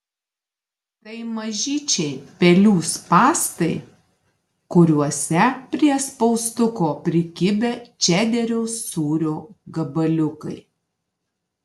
tai mažyčiai pelių spąstai kuriuose prie spaustuko prikibę čederio sūrio gabaliukai